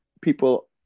people